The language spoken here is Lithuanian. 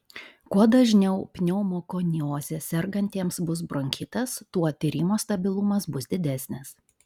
kuo dažniau pneumokonioze sergantiesiems bus bronchitas tuo tyrimo stabilumas bus didesnis